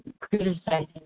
criticizing